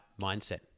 mindset